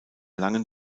langen